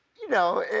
you know,